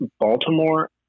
Baltimore